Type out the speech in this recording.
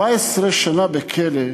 17 שנה בכלא,